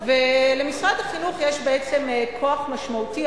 למשרד החינוך יש בעצם כוח משמעותי,